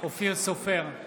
אופיר סופר,